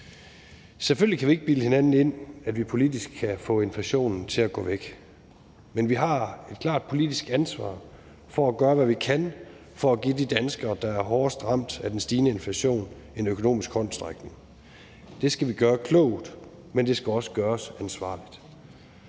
Selvfølgelig kan vi ikke bilde hinanden ind, at vi fra politisk hold kan få inflationen til at gå væk, men vi har et klart politisk ansvar for at gøre, hvad vi kan, for at give de danskere, der er hårdest ramt af den stigende inflation, en økonomisk håndsrækning. Det skal vi gøre klogt, men det skal også gøres ansvarligt.